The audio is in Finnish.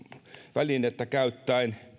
välinettä käyttäen